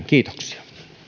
kiitoksia